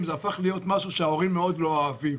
הפך להיות משהו שההורים מאוד לא אוהבים.